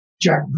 Jack